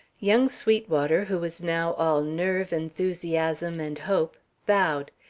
young sweetwater, who was now all nerve, enthusiasm, and hope, bowed.